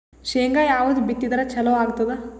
ಶೇಂಗಾ ಯಾವದ್ ಬಿತ್ತಿದರ ಚಲೋ ಆಗತದ?